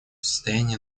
состоянии